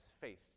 faith